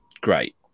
Great